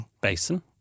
Basin